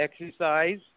exercise